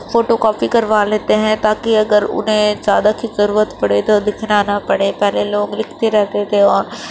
photo copy کروا لیتے ہیں تاکہ اگر اُنہیں زیادہ کی ضرورت پڑے تو لکھنا نہ پڑے پہلے لوگ لکھتے رہتے تھے اور